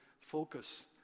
focus